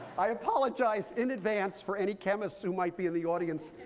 i apologize in advance for any chemists who might be in the audience.